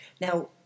Now